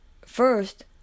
First